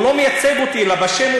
הוא לא מייצג אותי אלא בשם,